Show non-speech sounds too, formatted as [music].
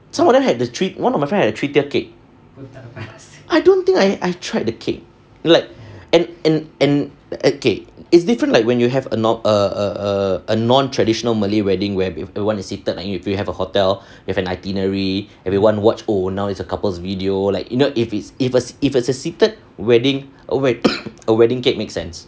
some of them had the three one of my friend had a three tiered cake I don't think I've tried the cake like and and and okay is different like when you have a non a a non traditional malay wedding where the one is seated and if you have a hotel with an itinerary everyone watch oh now it's a couple's video like you know if it's if it's if it's a seated wedding a wed~ [coughs] a wedding cake make sense